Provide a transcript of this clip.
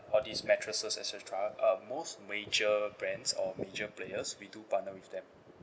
all these mattresses et cetera uh most major brands or major players we do partner with them